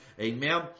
Amen